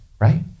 right